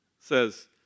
says